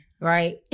Right